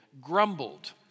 grumbled